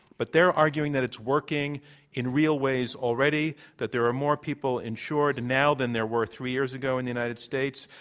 but they're arguing that it's working in real ways already, that there are more people insured now than there were three years ago in the united states,